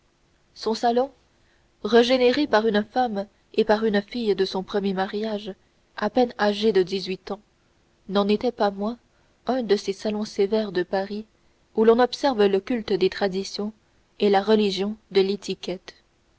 son salon régénéré par une jeune femme et par une fille de son premier mariage à peine âgée de dix-huit ans n'en était pas moins un de ces salons sévères de paris où l'on observe le culte des traditions et la religion de l'étiquette